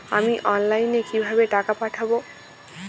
আমি অনলাইনে কিভাবে টাকা পাঠাব?